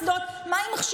מה עם קסדות,